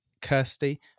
Kirsty